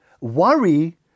Worry